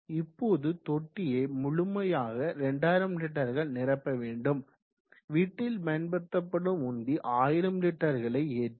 இப்போது தொட்டியை முழுமையாக 2000 லிட்டர்கள் நிரப்ப வேண்டும் வீட்டில் பயன்படுத்தும் உந்தி 1000 லிட்டர்களை ஏற்றும்